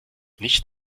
nicht